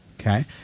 okay